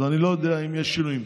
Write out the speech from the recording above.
אז אני לא יודע אם יש שינויים.